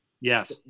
Yes